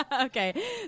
Okay